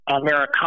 Americana